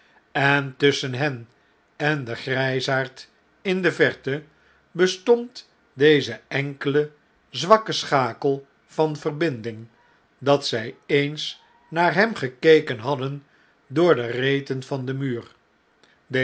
en tusschen hen en den grgsaard in de verte bestond deze enkele zwakke schakel van verbinding dat zij eens naar hem gekeken hadden door de reten van den muur